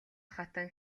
хатан